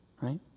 Right